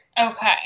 Okay